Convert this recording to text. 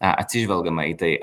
atsižvelgiama į tai